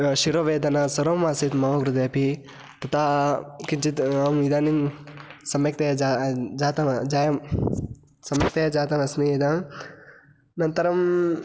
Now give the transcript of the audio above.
शिरोवेदना सर्वम् आसीत् मम कृते अपि तथा किञ्चित् अहम् इदानीं सम्यक्तया जातं जातम् जायम् सम्यक्तया जातमस्मि इदं अनन्तरं